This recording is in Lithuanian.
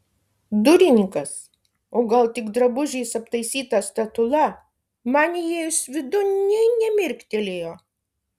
durininkas o gal tik drabužiais aptaisyta statula man įėjus vidun nė nemirktelėjo